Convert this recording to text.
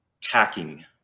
Tacking